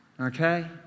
okay